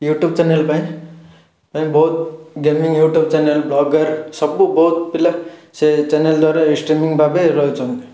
YouTube channel ପାଇଁ ଏବେ ବହୁତ ଗେମିଙ୍ଗ୍ ୟୁଟ୍ୟୁବ୍ ଚ୍ୟାନେଲ୍ ବ୍ଲଗର୍ ସବୁ ବହୁତ ପିଲା ସେ ଚ୍ୟାନେଲ୍ ଦ୍ୱାରା ଏଇ ଷ୍ଟ୍ରିମିଙ୍ଗ୍ ଭାବେ ରହିଛନ୍ତି